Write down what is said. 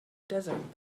desert